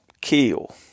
kill